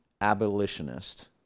abolitionist